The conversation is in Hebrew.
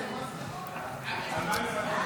את הצעת חוק לתיקון פקודת מס הכנסה (מס' 274),